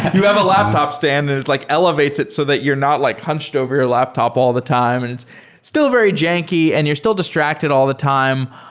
you have a laptop stand and it's like elevated so that you're not like hunched over your laptop all the time, and it's still very janky and you're still distracted all the time.